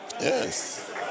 Yes